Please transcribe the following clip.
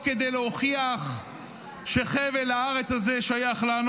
כדי להוכיח שחבל הארץ הזה שייך לנו.